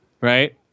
right